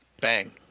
bang